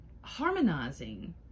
harmonizing